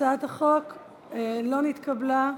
ההצעה להסיר מסדר-היום את הצעת חוק חופש המידע (תיקון,